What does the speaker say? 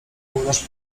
młynarz